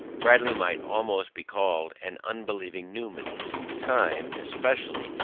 bradley might almost be called an unbelieving newman time, especially,